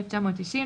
1918,